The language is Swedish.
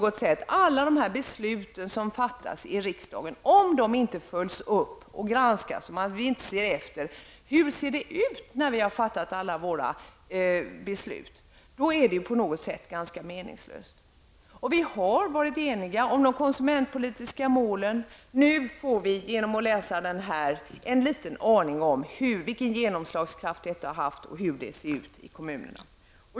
Om de beslut som fattas i riksdagen inte följs upp och granskas, alltså om vi inte ser efter hur det ser ut efter det att beslut har fattats, kommer besluten på något sätt att vara ganska meningslösa. Vi har ju varit eniga om de konsumentpolitiska målen. Genom den här rapporten får vi åtminstone en aning om vilken genomslagskraft allt detta har fått och hur det ser ut ute i kommunerna.